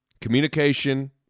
Communication